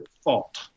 fault